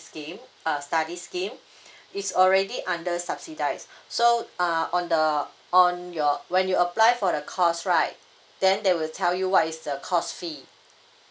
scheme uh study scheme is already under subsidised so uh on the on your when you apply for the course right then they will tell you what is the course fee